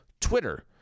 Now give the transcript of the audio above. twitter